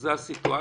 זו הסיטואציה.